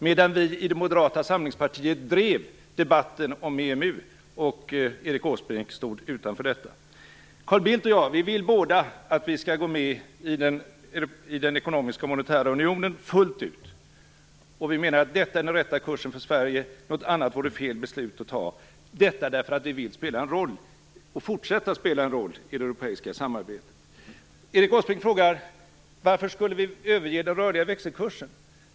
Medan vi i Moderata samlingspartiet drev debatten om EMU stod Erik Åsbrink utanför detta. Både Carl Bildt och jag vill att vi skall gå med i den ekonomiska monetära unionen fullt ut. Vi menar att detta är den rätta kursen för Sverige; något annat vore fel beslut att fatta. Orsaken är att vi vill fortsätta att spela en roll i det europeiska samarbetet. Erik Åsbrink frågar varför vi skulle överge den rörliga växelkursen.